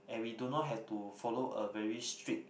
and we do not have to follow a very strict